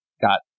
got